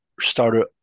started